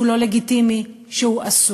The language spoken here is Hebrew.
שהוא לא לגיטימי, שהוא אסור,